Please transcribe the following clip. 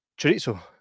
chorizo